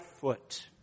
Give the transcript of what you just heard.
foot